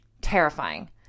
Terrifying